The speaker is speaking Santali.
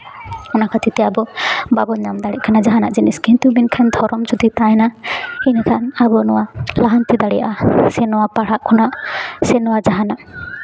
ᱚᱱᱟ ᱠᱷᱟᱹᱛᱤᱨ ᱛᱮ ᱟᱵᱚ ᱵᱟᱵᱚᱱ ᱧᱟᱢ ᱫᱟᱲᱮᱭᱟᱜ ᱠᱟᱱᱟ ᱡᱟᱦᱟᱱᱟ ᱡᱤᱱᱤᱥ ᱠᱤᱱᱛᱩ ᱢᱮᱱᱠᱷᱟᱱ ᱫᱷᱚᱨᱚᱢ ᱛᱟᱦᱮᱱᱟ ᱤᱱᱟᱹᱠᱷᱟᱱᱟᱵᱚᱣᱟᱜ ᱱᱚᱣᱟ ᱞᱟᱦᱟᱱᱛᱤ ᱫᱟᱲᱮᱭᱟᱜᱼᱟ ᱥᱮ ᱱᱚᱣᱟ ᱯᱟᱲᱦᱟᱜ ᱠᱷᱚᱱᱟᱜ ᱥᱮ ᱡᱟᱦᱟᱱᱟᱜ